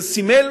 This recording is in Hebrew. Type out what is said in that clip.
זה סימל